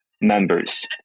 members